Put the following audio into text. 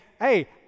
hey